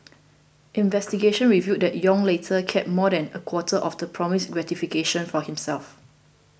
investigations revealed that Yong later kept more than a quarter of the promised gratification for himself